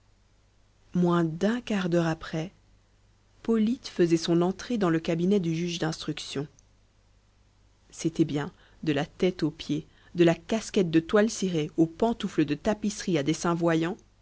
moins d'un quart d'heure après polyte faisait son entrée dans le cabinet du juge d'instruction c'était bien de la tête aux pieds de la casquette de toile cirée aux pantoufles de tapisserie à dessins voyants